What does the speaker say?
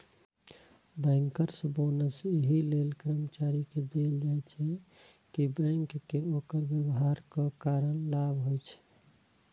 bankers bonus एहि लेल कर्मचारी कें देल जाइ छै, कि बैंक कें ओकर व्यवहारक कारण लाभ होइ छै